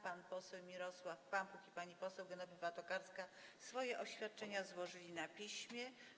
Pan poseł Mirosław Pampuch i pani Genowefa Tokarska swoje oświadczenia złożyli na piśmie.